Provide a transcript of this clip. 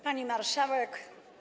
Pani Marszałek!